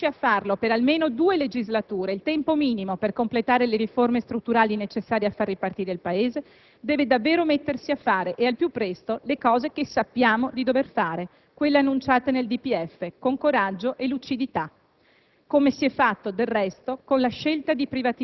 Se il centro‑sinistra vuole continuare a governare, se ambisce a farlo per almeno due legislature, il tempo minimo per completare le riforme strutturali necessarie a far ripartire il Paese, deve davvero mettersi a fare, e al più presto, le cose che sappiamo di dover fare, quelle annunciate nel DPEF con coraggio e lucidità,